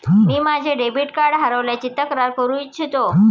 मी माझे debit card हरवल्याची तक्रार करू इच्छितो